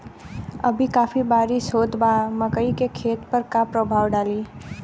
अभी काफी बरिस होत बा मकई के खेत पर का प्रभाव डालि?